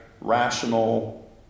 Rational